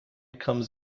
comes